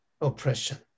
Oppression